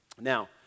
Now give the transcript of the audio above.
Now